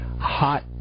Hot